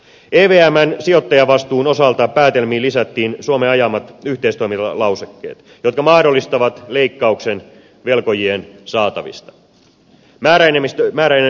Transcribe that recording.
evmn sijoittajavastuun osalta päätelmiin lisättiin suomen ajamat yhteistoimintalausekkeet jotka mahdollistavat leikkauksen velkojien saatavista määräenemmistöpäätöksellä